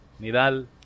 Nidal